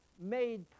made